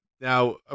Now